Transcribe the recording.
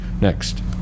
next